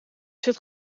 zit